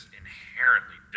inherently